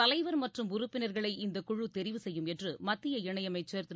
தலைவர் மற்றும் உறுப்பினர்களை இந்தக் குழு தெரிவு செய்யும் என்று மத்திய இணையமைச்சர் திரு